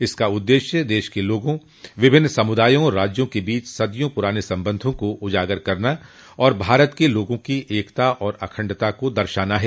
इसका उद्देश्य देश के लोगों विभिन्न समुदायों और राज्यों के बीच सदियों पुराने संबंधों को उजागर करना तथा भारत के लोगों की एकता और अखंडता को दर्शाना है